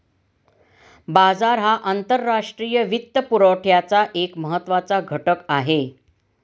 बाजार हा आंतरराष्ट्रीय वित्तपुरवठ्याचा एक महत्त्वाचा घटक आहे